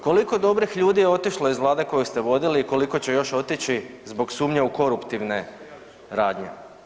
Koliko dobrih ljudi je otišlo iz vlade koju ste vodili i koliko će još otići zbog sumnje u koruptivne radnje?